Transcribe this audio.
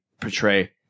portray